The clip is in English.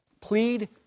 Plead